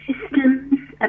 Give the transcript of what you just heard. systems